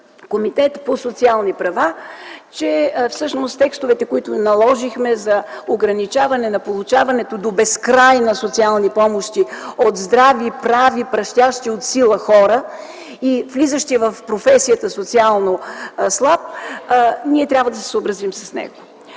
комитет по социални права, че всъщност текстовете, които наложихме за ограничаване на получаването до безкрай на социални помощи от здрави, прави, пращящи от сила хора и влизащи в професията „социално слаб”, ние трябва да се съобразим с него.